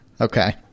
okay